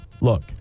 look